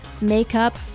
makeup